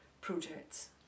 projects